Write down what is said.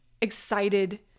excited